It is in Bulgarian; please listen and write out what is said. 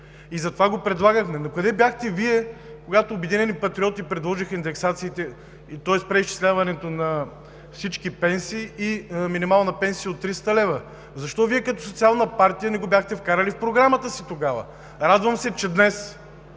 и затова го предлагахме. Но къде бяхте Вие, когато „Обединени патриоти“ предложиха индексациите, тоест преизчисляването на всички пенсии, и минимална пенсия от 300 лв.? Защо Вие, като социална партия, не го бяхте вкарали в Програмата си тогава? Радвам се, че днес